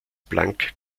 planck